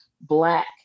Black